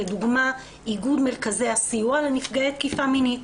לדוגמא איגוד מרכזי הסיוע לנפגעי תקיפה מינית,